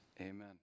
Amen